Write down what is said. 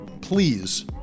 please